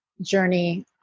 journey